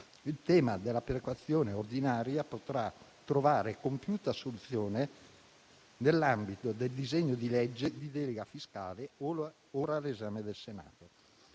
Il tema della perequazione ordinaria potrà trovare compiuta assunzione nell'ambito del disegno di legge di delega fiscale ora all'esame del Senato.